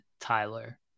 Tyler